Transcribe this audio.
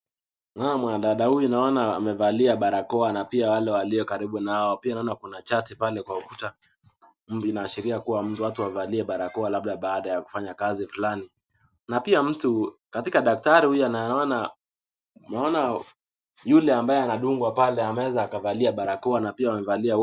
Naona mwanadada huyu naona amevalia barakoa pia walio karibu nao , pia kuna chati pale kwa ukuta inaashiria kuwa watu wavalie barakoa labda baada ya kufanya kazi fulani , na pia mtu katika dakitari huyu naona, yule ambaye anadungwa pale ameweza akavalia barakoa na pia wamevalia wote.